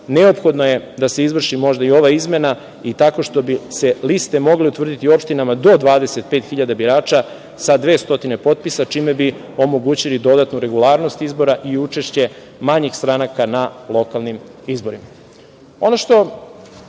Neophodno je da se izvrši možda i ova izmena tako što bi se liste mogle utvrditi opštinama do 25.000 birača sa 200 potpisa, čime bi omogućili dodatnu regularnost izbora i učešće manjih stranaka na lokalnim izborima. Ono